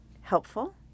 helpful